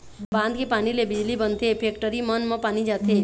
बांध के पानी ले बिजली बनथे, फेकटरी मन म पानी जाथे